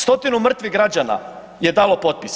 Stotinu mrtvih građana je dalo potpis?